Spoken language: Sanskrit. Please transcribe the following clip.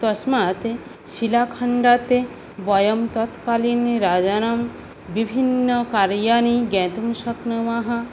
तस्मात् शिलाखण्डात् वयं तत्कालीनराजानां विभिन्नकार्याणि ज्ञातुं शक्नुमः